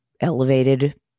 elevated